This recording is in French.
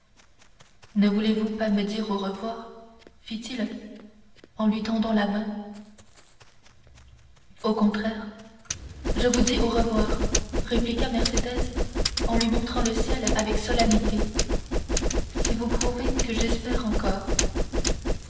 ne voulez-vous pas me dire au revoir fit-il en lui tendant la main au contraire je vous dis au revoir répliqua mercédès en lui montrant le ciel avec solennité c'est vous prouver que j'espère encore